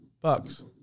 Bucks